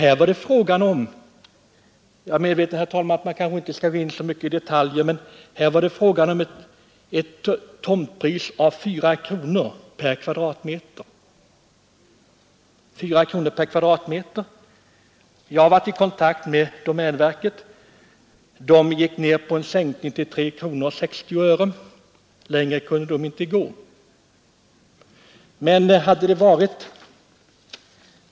Jag är, herr talman, medveten om att man kanske inte skall ingå på så mycket detaljer, men här var det fråga om ett tomtpris av 4 kronor per m?. Jag har varit i kontakt med domänverket som hade gått med på en sänkning till 3:60. Längre kunde domänverket inte gå.